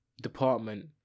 department